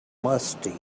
musty